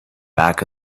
back